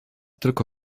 tylko